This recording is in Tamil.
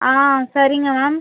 ஆ சரிங்க மேம்